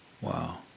Wow